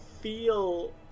feel